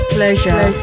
Pleasure